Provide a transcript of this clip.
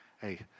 hey